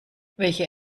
welche